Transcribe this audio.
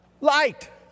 light